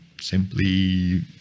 simply